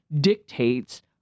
dictates